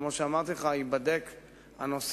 כמו שאמרתי לך, הנושא ייבדק עכשיו.